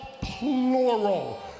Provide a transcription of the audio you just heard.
plural